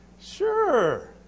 Sure